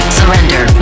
surrender